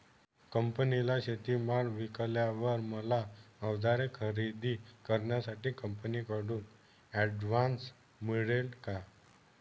कंपनीला शेतीमाल विकल्यावर मला औजारे खरेदी करण्यासाठी कंपनीकडून ऍडव्हान्स मिळेल का?